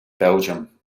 belgium